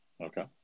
Okay